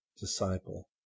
disciple